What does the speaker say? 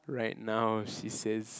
right now she says